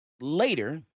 later